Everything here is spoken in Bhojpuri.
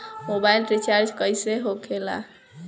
मोबाइल रिचार्ज कैसे होखे ला?